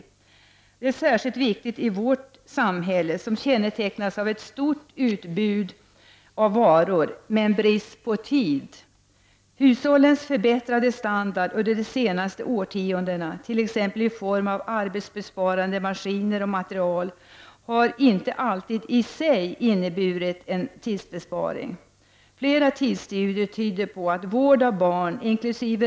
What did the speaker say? Detta är särskilt viktigt i vårt samhälle, som kännetecknas av ett stort utbud av varor, men av brist på tid. Hushållens förbättrade standard under de senaste årtiondena, t.ex. i form av arbetsbesparande maskiner och material, har inte alltid i sig inneburit en tidsbesparing. Flera tidsstudier tyder på att vård av barn — inkl.